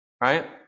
right